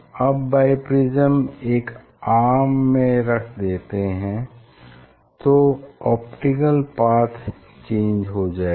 अब बाइप्रिज्म एक आर्म में रख देते हैं तो ऑप्टिकल पाथ चेंज हो जाएगा